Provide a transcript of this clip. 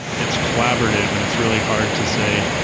it's collaborative and it's really hard to say,